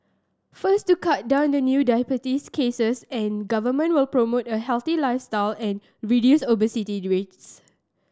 first to cut down on new diabetes cases and Government will promote a healthy lifestyle and reduce obesity rates